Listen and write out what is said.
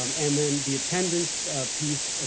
um and then the attendance piece, ah